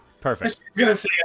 perfect